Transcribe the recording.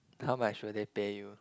how much should they pay you